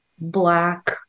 black